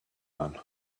man